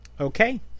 Okay